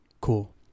Cool